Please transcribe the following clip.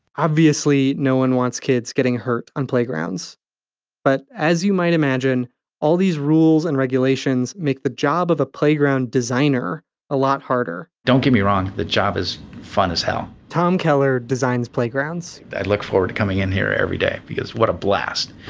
obviously no one wants kids getting hurt on playgrounds but as you might imagine all these rules and regulations make the job of a playground designer a lot harder. don't get me wrong the job is fun as hell. tom keller designs playgrounds i'd look forward to coming in here every day because what a blast.